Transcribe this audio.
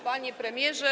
Panie Premierze!